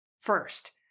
First